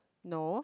no